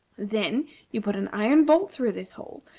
then you put an iron bolt through this hole,